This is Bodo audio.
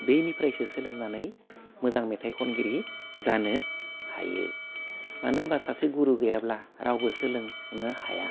बैनिफ्रायसो सोलोंनानै मोजां मेथाइ खनगिरि जानो हायो मानो होमबा सासे गुरु गैयाब्ला रावबो सोलोंनो हाया